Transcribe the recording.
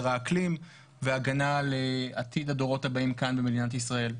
האקלים והגנה על עתיד הדורות הבאים כאן במדינת ישראל.